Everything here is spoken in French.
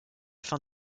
fin